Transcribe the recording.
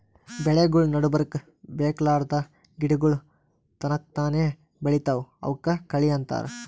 ಬೆಳಿಗೊಳ್ ನಡಬರ್ಕ್ ಬೇಕಾಗಲಾರ್ದ್ ಗಿಡಗೋಳ್ ತನಕ್ತಾನೇ ಬೆಳಿತಾವ್ ಅವಕ್ಕ ಕಳಿ ಅಂತಾರ